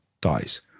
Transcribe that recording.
dies